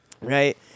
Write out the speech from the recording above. Right